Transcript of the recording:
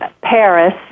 Paris